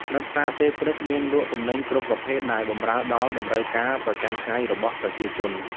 នៅផ្សារពេលព្រឹកមានលក់ទំនិញគ្រប់ប្រភេទដែលបម្រើដល់តម្រូវការប្រចាំថ្ងៃរបស់ប្រជាជន។